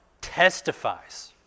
testifies